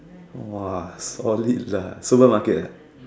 !woah! solid lah supermarket